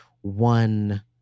one